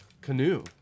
canoe